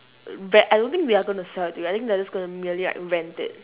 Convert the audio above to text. re~ I don't think they are gonna sell to you I think they are just gonna merely like rent it